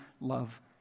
love